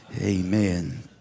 amen